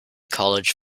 college